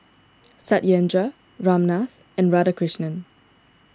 Satyendra Ramnath and Radhakrishnan